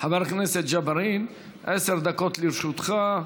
חבר הכנסת ג'בארין, עשר דקות לרשותך.